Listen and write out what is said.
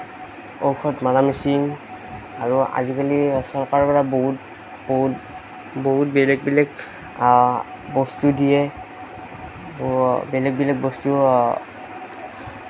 ঔষধ মাৰা মেচিন আৰু আজিকালি চৰকাৰৰ পৰা বহুত বহুত বহুত বেলেগ বেলেগ বস্তু দিয়ে বেলেগ বেলেগ বস্তু